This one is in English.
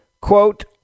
quote